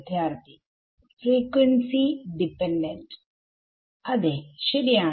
വിദ്യാർത്ഥി frequency dependent അതേ ശരിയാണ്